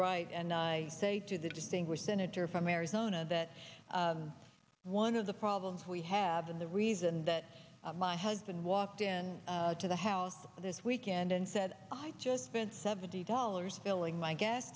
right and i say to the distinguished senator from arizona that one of the problems we have and the reason that my husband walked in to the house this weekend and said i just spent seventy dollars filling my gas